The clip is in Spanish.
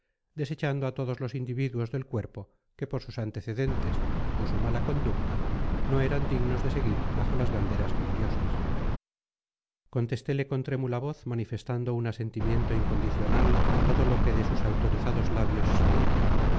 desechando a todos los individuos del cuerpo que por sus antecedentes o su mala conducta no eran dignos de seguir bajo las banderas gloriosas contestele con trémula voz manifestando un asentimiento incondicional a todo lo que de sus autorizados labios salía